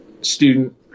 Student